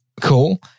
cool